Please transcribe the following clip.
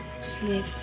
sleep